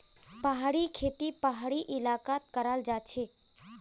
पहाड़ी खेती पहाड़ी इलाकात कराल जाछेक